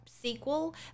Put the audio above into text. sequel